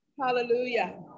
Hallelujah